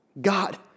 God